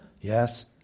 Yes